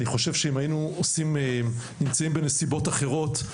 אני חושב שאם היינו נמצאים בנסיבות אחרות,